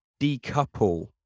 decouple